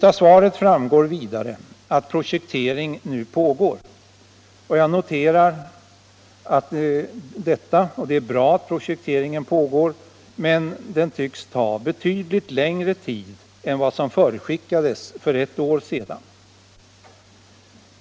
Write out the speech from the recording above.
Av svaret framgår vidare att projekteringen nu igångsatts, och jag noterar detta. Det är bra att projektering pågår, men den tycks ta betydligt längre tid än vad som förutskickades för ett år sedan.